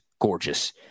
gorgeous